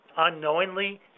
unknowingly